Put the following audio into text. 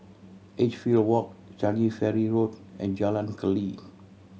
Edgefield Walk Changi Ferry Road and Jalan Keli